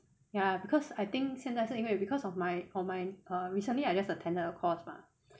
ya because I think 现在是因为 because of my of my err recently I just attended a course mah